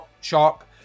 sharp